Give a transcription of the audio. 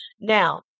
now